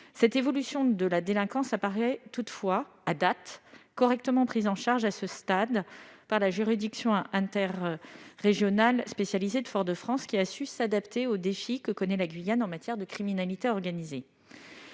Cette évolution de la délinquance apparaît toutefois correctement prise en charge à ce stade par la juridiction interrégionale spécialisée de Fort-de-France, qui a su s'adapter aux défis que connaît la Guyane en matière de criminalité organisée.